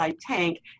tank